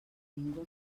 ningú